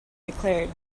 declared